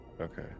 Okay